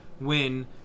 win